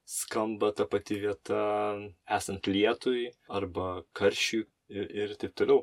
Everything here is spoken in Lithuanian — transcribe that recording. skamba ta pati vieta esant lietui arba karščiui i ir taip toliau